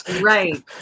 Right